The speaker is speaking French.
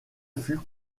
fut